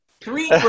Three